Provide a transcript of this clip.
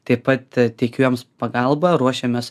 taip pat teikiu jiems pagalbą ruošiames